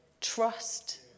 trust